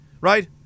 Right